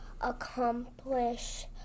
accomplish